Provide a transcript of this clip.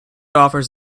offers